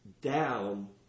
down